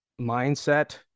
mindset